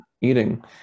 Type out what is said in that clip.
eating